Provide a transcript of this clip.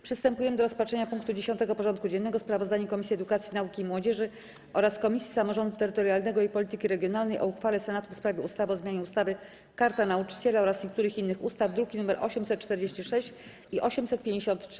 Przystępujemy do rozpatrzenia punktu 10. porządku dziennego: Sprawozdanie Komisji Edukacji, Nauki i Młodzieży oraz Komisji Samorządu Terytorialnego i Polityki Regionalnej o uchwale Senatu w sprawie ustawy o zmianie ustawy - Karta Nauczyciela oraz niektórych innych ustaw (druki nr 846 i 853)